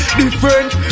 different